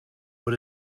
what